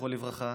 זכרו לברכה,